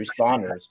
responders